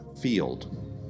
field